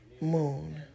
moon